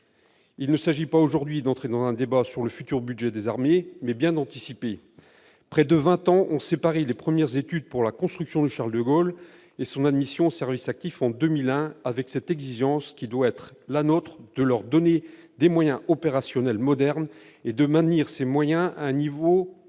Il ne s'agit pas d'entrer aujourd'hui dans un débat sur le budget futur des armées, mais bien d'anticiper- près de vingt ans ont séparé les premières études pour la construction du et son admission au service actif en 2001 -, avec cette exigence qui doit être la nôtre : leur donner des moyens opérationnels modernes et maintenir ces moyens à un niveau